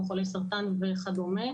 כמו חולי סרטן וכדומה.